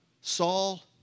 Saul